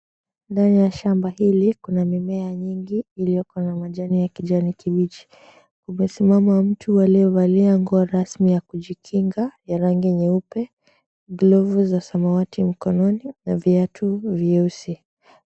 Ndani ya shamba hili, kuna mimea mingi iliyo iliyokuwa na majani ya kijani kibichi. Kumesimama mtu aliyevalia nguo rasmi ya kujikinga ya rangi nyeupe, glovu za samawati mkononi na viatu vyeusi.